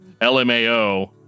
Lmao